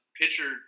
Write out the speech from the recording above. pitcher